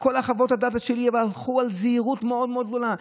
כל חוות הדעת שלי הלכו על זהירות מאוד מאוד גדולה.